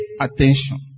attention